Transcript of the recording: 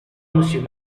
monsieur